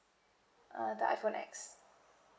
uh the iPhone X